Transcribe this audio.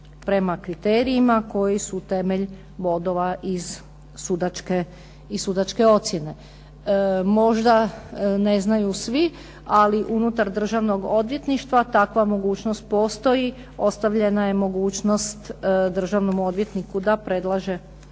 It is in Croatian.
prema kriterijima koji su temelj bodova iz sudačke ocjene. Možda ne znaju svi, ali unutar Državnog odvjetništva takva mogućnost postoji, ostavljena je mogućnost državnom odvjetniku da predlaže